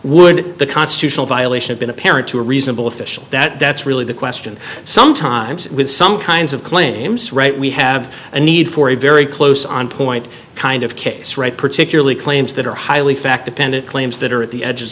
would the constitutional violation of been apparent to a reasonable official that that's really the question sometimes with some kinds of claims right we have a need for a very close on point kind of case right particularly claims that are highly fact dependent claims that are at the edges